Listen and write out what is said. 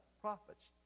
prophets